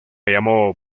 llamó